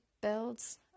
builds